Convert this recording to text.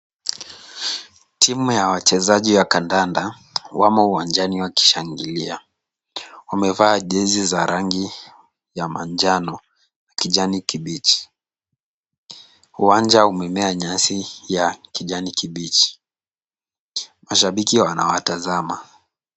Timu ya wachezaji wa kandanda wamo uwanjani wakishangilia. Wamevaa jezi za rangi ya manjano na kijani kibichi. Uwanja umemea nyasi ya kijani kibichi. Mashabiki wanawatazama.